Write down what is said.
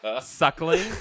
suckling